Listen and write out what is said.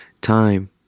time